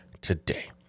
today